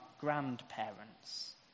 grandparents